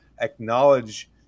acknowledge